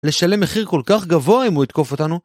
לשלם מחיר כל כך גבוה אם הוא יתקוף אותנו?